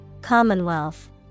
Commonwealth